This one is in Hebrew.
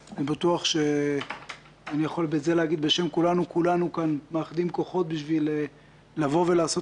אני בטוח שכולנו נאחד כוחות על מנת לעשות